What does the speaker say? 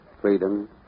freedom